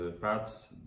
fats